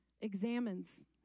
examines